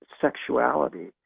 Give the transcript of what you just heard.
sexuality